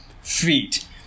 feet